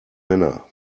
männer